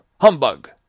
HUMBUG